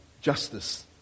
justice